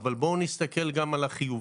אז בואו נסתכל גם על החיובי.